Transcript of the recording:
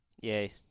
Yay